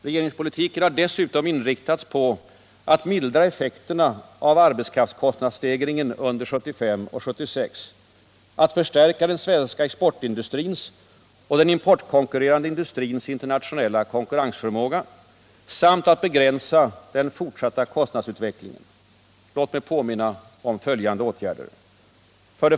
Regeringspolitiken har dessutom inriktats på att mildra effekterna av arbetskraftskostnadsstegringen under 1975 och 1976, att förstärka den svenska exportindustrins och den importkonkurrerande industrins internationella konkurrensförmåga samt att begränsa den fortsatta kostnadsutvecklingen. Låt mig erinra om följande åtgärder. 2.